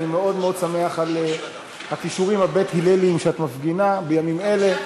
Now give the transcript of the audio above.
אני מאוד מאוד שמח על הכישורים הבית-הלליים שאת מפגינה בימים אלה.